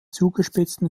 zugespitzten